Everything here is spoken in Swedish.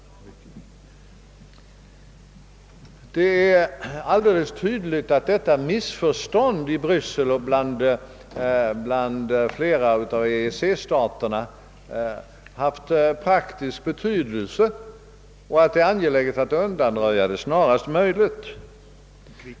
Det är alldeles tydligt att detta missförstånd i Bryssel och bland flera av EEC-staterna haft praktisk betydelse och att det är angeläget att undanröja det snarast möjligt.